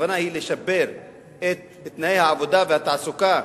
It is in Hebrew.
הכוונה היא לשפר את תנאי העבודה והתעסוקה,